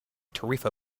tarifa